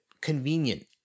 convenient